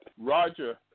Roger